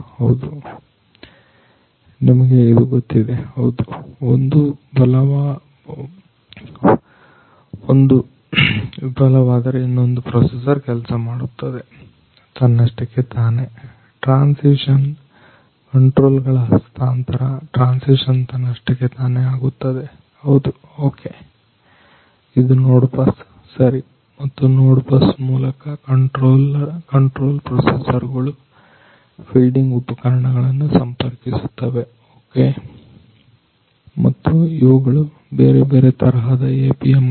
ಹೌದು ನಿಮಗೆ ಇದು ಗೊತ್ತಿದೆ ಹೌದು ಒಂದು ಬಲವಾದರೆ ಇನ್ನೊಂದು ಪ್ರೊಸೆಸರ್ ಕೆಲಸ ಮಾಡುತ್ತದೆ ತನ್ನಷ್ಟಕ್ಕೆ ತಾನೇ ಟ್ರಾನ್ಸಿಶನ್ ಕಂಟ್ರೋಲ್ ಗಳ ಹಸ್ತಾಂತರ ಟ್ರಾನ್ಸಿಷನ್ ತನ್ನಷ್ಟಕ್ಕೆ ತಾನೇ ಆಗುತ್ತದೆ ಹೌದು ಇದು ನೋಡ್ ಬಸ್ ಮತ್ತು ನೋಡ್ ಬಸ್ ಮೂಲಕ ಕಂಟ್ರೋಲ್ ಪ್ರೋಸೆಸರ್ ಗಳು ಫೀಲ್ಡಿಂಗ್ ಉಪಕರಣಗಳನ್ನ ಸಂಪರ್ಕಿಸುತ್ತವೆ ಮತ್ತು ಇವುಗಳು ಬೇರೆ ಬೇರೆ ತರಹದ APMಗಳು